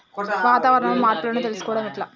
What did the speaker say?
వాతావరణంలో మార్పులను తెలుసుకోవడం ఎట్ల?